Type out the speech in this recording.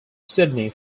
sydney